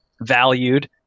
valued